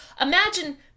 Imagine